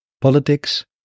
politics